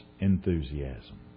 enthusiasm